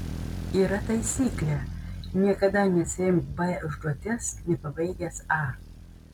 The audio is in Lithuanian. yra taisyklė niekada nesiimk b užduoties nepabaigęs a